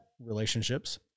relationships